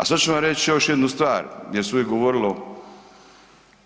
A sad ću vam reći još jednu stvar, gdje se uvijek govorilo,